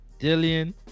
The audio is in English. Dillian